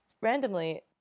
Randomly